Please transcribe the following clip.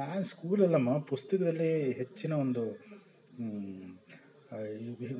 ನಾನು ಸ್ಕೂಲ್ ಅಲ್ಲಮ್ಮ ಪುಸ್ತಕದಲ್ಲಿ ಹೆಚ್ಚಿನ ಒಂದು